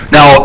Now